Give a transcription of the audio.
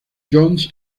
jones